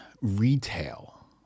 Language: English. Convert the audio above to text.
retail